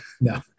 no